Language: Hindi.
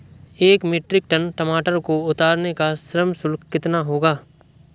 एक मीट्रिक टन टमाटर को उतारने का श्रम शुल्क कितना होगा?